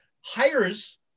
hires